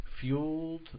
Fueled